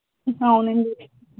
అవునండీ